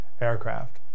Aircraft